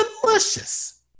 delicious